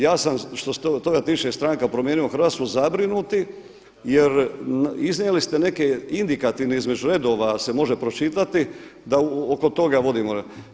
Ja sam što se toga tiče stranka Promijenimo Hrvatsku zabrinuti jer iznijeli ste neke indikativne, između redova se može pročitati da oko toga vodimo.